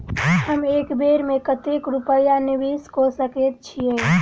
हम एक बेर मे कतेक रूपया निवेश कऽ सकैत छीयै?